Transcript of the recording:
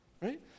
right